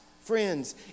friends